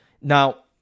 Now